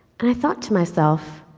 and i thought to myself,